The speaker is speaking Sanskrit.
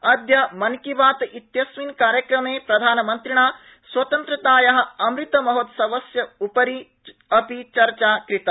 अदय मन की बातइतयस्मिन कार्यक्रमे प्रधानमन्त्रिणा सवतनत्रताया अमृत महोतसवसय उपरि अपि चर्चा कृता